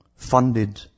funded